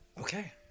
Okay